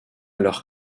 leur